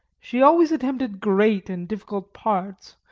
she always attempted great and difficult parts,